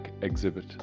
exhibit